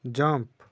jump